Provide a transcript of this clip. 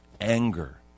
anger